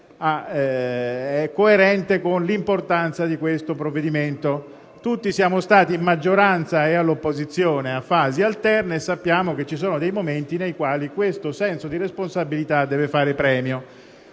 in coerenza con l'importanza di questo provvedimento. Tutti siamo stati in maggioranza e all'opposizione a fasi alterne e sappiamo che ci sono dei momenti nei quali il senso di responsabilità deve fare premio.